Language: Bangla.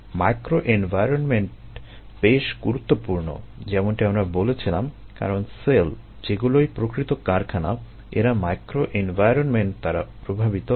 মাইক্রোএনভায়রনমেন্ট বেশ গুরুত্বপূর্ণ যেমনটি আমরা বলেছিলাম কারণ সেল যেগুলোই প্রকৃত কারখানা এরা মাইক্রোএনভায়রনমেন্ট দ্বারা প্রভাবিত হয়